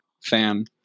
Fan